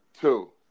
two